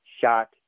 shot